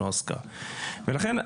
ולכן,